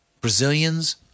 Brazilians